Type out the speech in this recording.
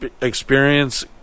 experience